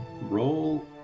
Roll